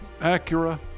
Acura